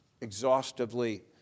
exhaustively